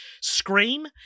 Scream